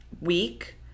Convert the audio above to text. week